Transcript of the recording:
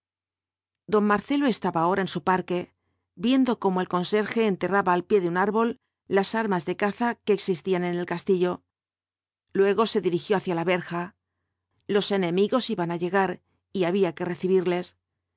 don marcelo estaba ahora en su parque viendo cómo el conserje enterraba al pie de un árbol las armas de caza que existían en el castillo luego se dirigió hacia la verja los enemigos iban á llegar y había que recibirles